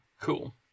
cool